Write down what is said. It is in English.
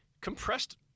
compressed